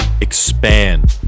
expand